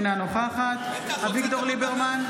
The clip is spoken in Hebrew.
אינה נוכחת אביגדור ליברמן,